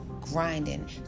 grinding